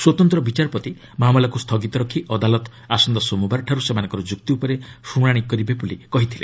ସ୍ୱତନ୍ତ୍ର ବିଚାରପତି ମାମଲାକୁ ସ୍ଥଗିତ ରଖି ଅଦାଲତ ଆସନ୍ତା ସୋମବାରଠାରୁ ସେମାନଙ୍କ ଯୁକ୍ତି ଉପରେ ଶୁଣାଣି କରିବେ ବୋଲି କହିଥିଲେ